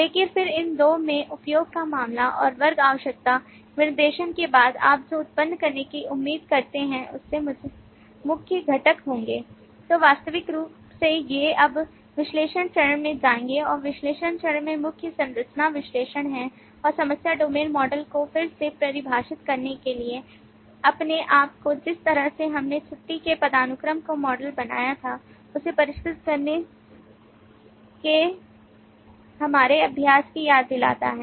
लेकिन फिर इन 2 में उपयोग का मामला और वर्ग आवश्यकता विनिर्देशन के बाद आप जो उत्पन्न करने की उम्मीद करते हैं उसके मुख्य घटक होंगे तो स्वाभाविक रूप से ये अब विश्लेषण चरण में जाएंगे और विश्लेषण चरण में मुख्य संरचना विश्लेषण है और समस्या डोमेन मॉडल को फिर से परिभाषित करने के लिए अपने आप को जिस तरह से हमने छुट्टी के पदानुक्रम को मॉडल बनाया था उसे परिष्कृत करने के हमारे अभ्यास की याद दिलाता है